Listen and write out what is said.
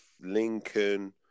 Lincoln